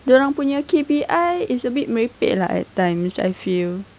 dia orang punya K_P_I is a bit merepek lah at times I feel